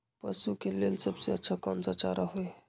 पशु के लेल सबसे अच्छा कौन सा चारा होई?